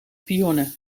pionnen